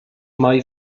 mae